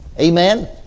Amen